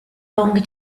longer